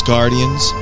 Guardians